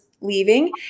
leaving